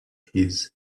his